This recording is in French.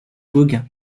gauguin